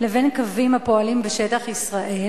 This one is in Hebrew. לבין קווים הפועלים בשטח ישראל.